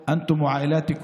לחגוג אחרי המאמץ והלימודים